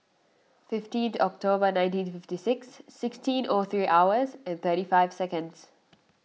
fifteenth October nineteen fifty six sixteen O three hours and thirty five seconds